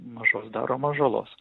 mažos daromos žalos